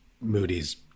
Moody's